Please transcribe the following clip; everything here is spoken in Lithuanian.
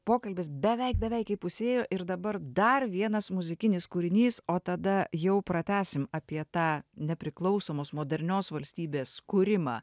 pokalbis beveik beveik įpusėjo ir dabar dar vienas muzikinis kūrinys o tada jau pratęsim apie tą nepriklausomos modernios valstybės kūrimą